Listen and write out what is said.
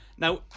Now